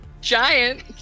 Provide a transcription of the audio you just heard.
giant